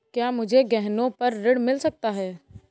क्या मुझे गहनों पर ऋण मिल सकता है?